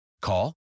Call